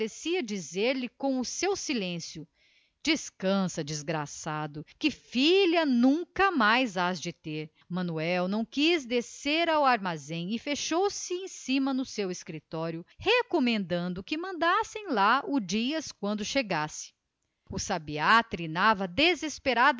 parecia dizer-lhe com a tristeza descansa desgraçado que filha nunca mais terás tu não quis descer ao armazém e fechou-se em cima no seu escritório recomendando que mandassem lá o dias quando chegasse o sabiá trinava desesperadamente